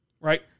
right